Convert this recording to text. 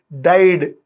died